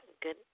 good